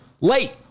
late